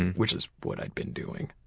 which is what i'd been doing.